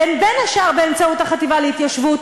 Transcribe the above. בין השאר באמצעות החטיבה להתיישבות,